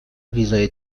ویزای